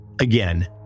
Again